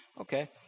okay